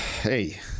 hey